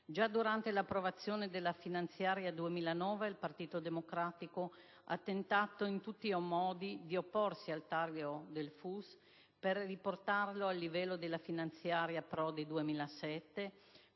Già durante l'approvazione della finanziaria 2009 il Partito Democratico ha tentato in tutti i modi di opporsi al taglio del FUS per riportarlo al livello della finanziaria Prodi del 2007,